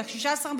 ב-16,